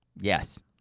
Yes